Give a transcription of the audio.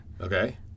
Okay